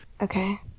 Okay